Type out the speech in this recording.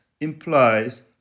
implies